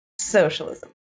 socialism